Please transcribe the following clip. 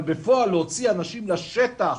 אבל בפועל להוציא אנשים לשטח